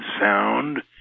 sound